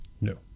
No